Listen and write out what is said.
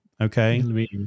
okay